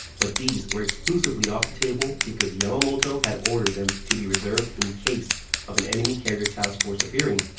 but these were exclusively off the table because yamamoto had ordered them to be reserved in case of an enemy carrier task force appearing.